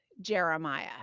Jeremiah